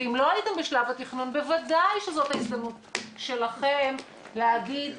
ואם לא הייתם בשלב התכנון בוודאי שזאת ההזדמנות שלכם לשים